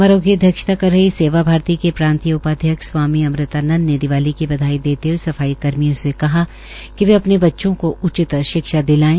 समारोह की अध्यक्षता कर रहे सेवा भारती के प्रांतीय उपाध्यक्ष स्वामी अमृतानंद ने दिवाली की बधाई देते हए सफाई कर्मियों का आहवान किया कि वे अपने बच्चों को उच्चतर शिक्षा दिलायें